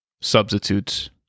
substitutes